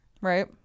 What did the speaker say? Right